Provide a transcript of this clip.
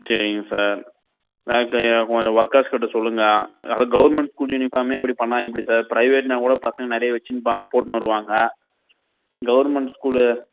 சரிங்க சார் கொஞ்சம் ஒர்க்கர்ஸ் கிட்ட சொல்லுங்க அதாவது கவுர்மெண்ட் ஸ்கூல் யூனிஃபார்மே இப்படி பண்ணால் எப்படி சார் ப்ரைவேட்னா கூட பசங்க நிறைய வச்சின்ப்பாங்க போட்டுனு வருவாங்க கவுர்மெண்ட் ஸ்கூலு